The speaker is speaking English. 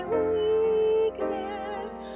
weakness